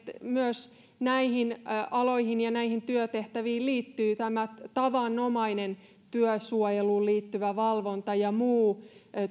myös näihin aloihin ja näihin työtehtäviin liittyy tämä tavanomainen työsuojeluun liittyvä valvonta ja muu